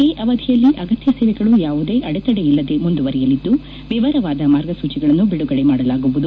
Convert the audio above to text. ಈ ಅವಧಿಯಲ್ಲಿ ಅಗತ್ಯ ಸೇವೆಗಳು ಯಾವುದೇ ಅಡೆತಡೆಯಿಲ್ಲದೆ ಮುಂದುವರಿಯಲಿದ್ದು ವಿವರವಾದ ಮಾರ್ಗಸೂಚಿಗಳನ್ನು ಬಿಡುಗಡೆ ಮಾಡಲಾಗುವುದು